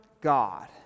God